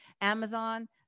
Amazon